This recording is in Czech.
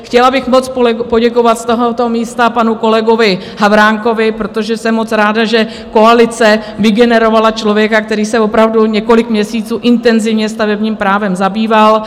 Chtěla bych moc poděkovat z tohoto místa panu kolegovi Havránkovi, protože jsem moc ráda, že koalice vygenerovala člověka, který se opravdu několik měsíců intenzivně stavebním právem zabýval.